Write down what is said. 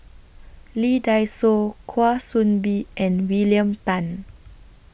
Lee Dai Soh Kwa Soon Bee and William Tan